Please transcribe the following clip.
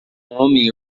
homem